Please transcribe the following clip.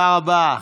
תודה רבה,